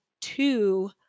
two